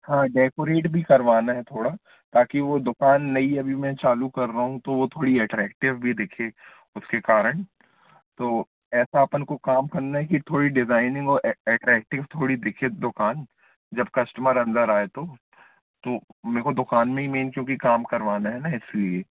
हाँ डेकोरेट भी करवाना है थोड़ा ताकि वो दुकान नहीं अभी मैं चालू कर रहा हूँ तो वो थोड़ी अट्रैक्टिव भी दिखे उसके कारण तो ऐसा अपन को काम करना है कि थोड़ी डिज़ाइनिंग और अट्रैक्टिव थोड़ी दिखे दुकान जब कस्टमर अंदर आए तो तो मेरे को दुकान में ही मेन क्योंकि काम करवाना है न इसलिए